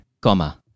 comma